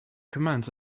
commands